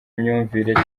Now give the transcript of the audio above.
imyumvire